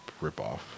ripoff